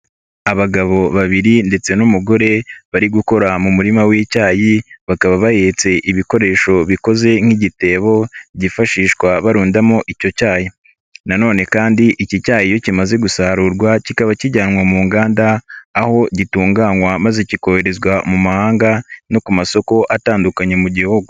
Abagabo babiri ndetse n'umugore bari gukora mu murima w'icyayi bakaba bahetse ibikoresho bikoze nk'igitebo byifashishwa barundamo icyo cyayi nanone kandi iki cyayi iyo kimaze gusarurwa kikaba kijyanwa mu nganda aho gitunganywa maze kikoherezwa mu mahanga no ku masoko atandukanye mu Gihugu.